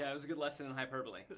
yeah was a good lesson in hyperbole.